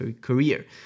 career